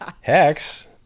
Hex